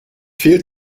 fehlt